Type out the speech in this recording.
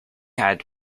had